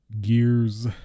Gears